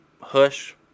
hush